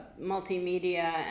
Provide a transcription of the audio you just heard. multimedia